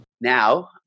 Now